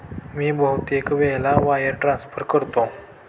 मी बहुतेक वेळा wire transfer करतो